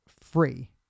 free